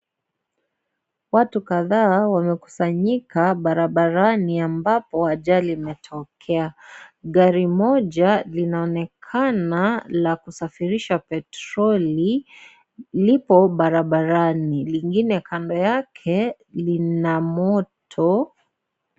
Watu kadhaa wamekusanyika barabarani ambapo ajali imetokea. Gari moja linaonekana la kusafirisha pertoli lipo barabarani, lingine kando yake lina moto.